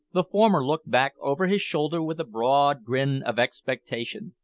the former looked back over his shoulder with a broad grin of expectation.